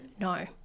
No